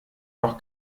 noch